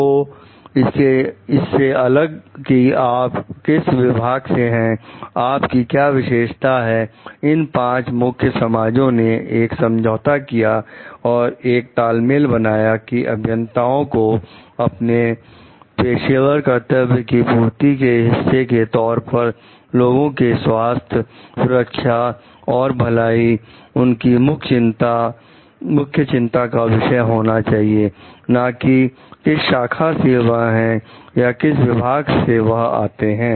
तो इससे अलग कि आप किस विभाग से हैं आप की क्या विशेषता है इन 5 मुख्य समाजों ने एक समझौता किया और एक तालमेल बनाया की अभियंताओं को अपने पेशेवर कर्तव्यों की पूर्ति के हिस्से के तौर पर लोगों के स्वास्थ्य सुरक्षा और भलाई उनकी मुख्य चिंता का विषय होना चाहिए ना कि किस शाखा के वह हैं या किस विभाग से वह आते हैं